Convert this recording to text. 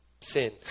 sin